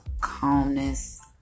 calmness